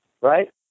right